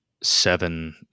seven